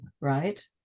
right